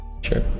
Sure